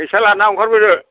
फैसा लानानै ओंखारबोदो